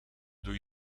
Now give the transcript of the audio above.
doe